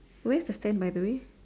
where's the stand by the way